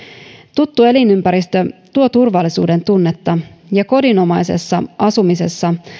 tuttu elinympäristö tuo turvallisuudentunnetta ja kodinomaisessa asumisessa